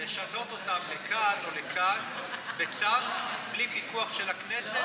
לשנות אותם לכאן או לכאן בצו, בלי פיקוח של הכנסת?